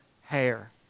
hair